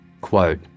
Quote